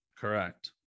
Correct